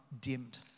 dimmed